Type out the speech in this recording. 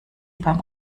beim